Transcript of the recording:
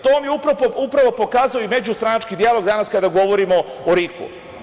To vam je upravo pokazao i međustranački dijalog danas kada govorimo o RIK-u.